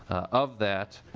of that